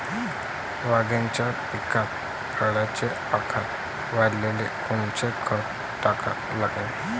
वांग्याच्या पिकात फळाचा आकार वाढवाले कोनचं खत टाका लागन?